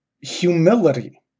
Humility